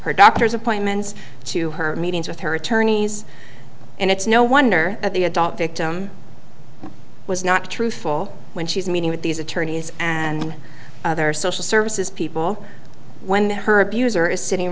her doctor's appointments to her meetings with her attorneys and it's no wonder that the adult victim was not truthful when she's meeting with these attorneys and other social services people when her abuser is sitting